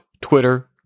Twitter